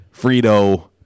Frito